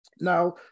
Now